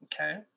Okay